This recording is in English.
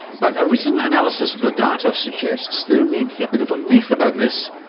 but a recent analysis of the data suggests there may be a bit of a myth about this,